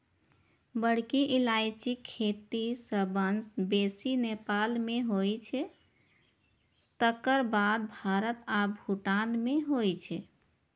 बड़की इलायचीक खेती सबसं बेसी नेपाल मे होइ छै, तकर बाद भारत आ भूटान मे होइ छै